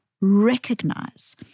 recognize